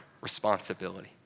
responsibility